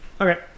Okay